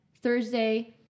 Thursday